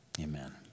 amen